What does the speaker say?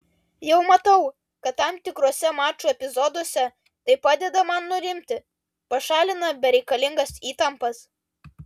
jau matau kad tam tikruose mačų epizoduose tai padeda man nurimti pašalina bereikalingas įtampas